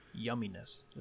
yumminess